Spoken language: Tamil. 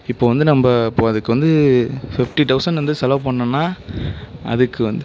இப்போது வந்து நம்ப இப்போது அதுக்கு வந்து ஃபிஃப்ட்டி தௌசண்ட் வந்து செலவு பண்ணோன்னால் அதுக்கு வந்து